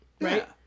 right